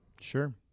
Sure